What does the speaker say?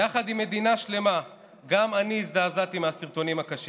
יחד עם מדינה שלמה גם אני הזדעזעתי מהסרטונים הקשים.